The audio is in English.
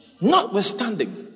Notwithstanding